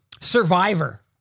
Survivor